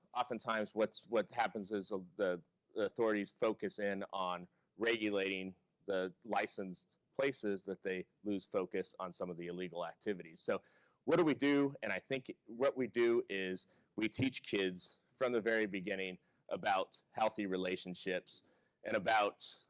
oftentimes what so what happens is the the authorities focus in on regulating the licensed places that they lose focus on some of the illegal activities. so what do we do? and i think what we do is we teach kids from the very beginning about healthy relationships and about,